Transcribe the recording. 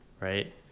right